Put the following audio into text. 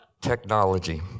Technology